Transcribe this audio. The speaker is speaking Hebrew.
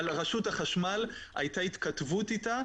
אבל הייתה התכתבות עם רשות החשמל,